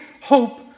hope